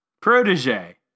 protege